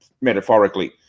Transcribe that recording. metaphorically